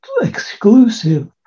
exclusive